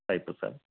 pipe sir